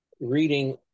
reading